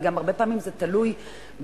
וגם הרבה פעמים זה תלוי בנפש,